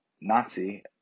nazi